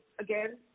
again